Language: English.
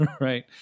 right